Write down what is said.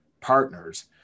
partners